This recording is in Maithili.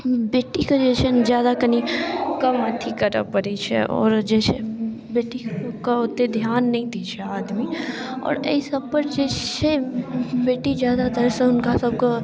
बेटीके जे छै ने ज्यादा कनि कम अथी करऽ पड़ै छै आओर जे छै बेटीके ओतेक धिआन नहि दै छै आदमी आओर एहिसबपर जे छै बेटी ज्यादातरसँ हुनका सबके